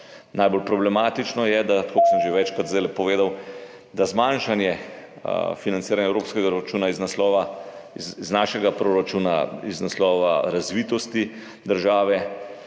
najbolj problematično, je, tako kot sem zdaj že večkrat povedal, da bi bilo zmanjšanje financiranja evropskega proračuna iz naslova našega proračuna iz naslova razvitosti države